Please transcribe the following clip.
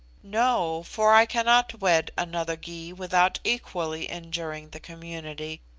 no for i cannot wed another gy without equally injuring the community,